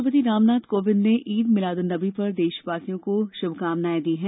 राष्ट्रपति रामनाथ कोविंद ने ईद मिलाद उन नबी पर देशवासियों को श्भकामनाएं दी हैं